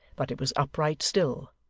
but it was upright still,